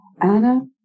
Anna